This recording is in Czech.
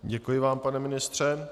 Děkuji vám, pane ministře.